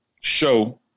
show